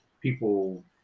people